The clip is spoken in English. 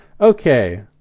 okay